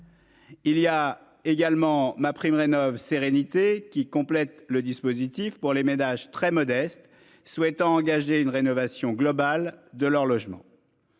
Il y a également MaPrimeRénov sérénité qui complète le dispositif pour les ménages très modestes souhaitant engager une rénovation globale de leur logement.